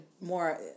more